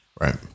Right